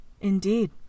Indeed